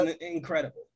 incredible